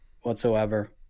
whatsoever